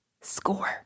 score